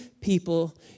people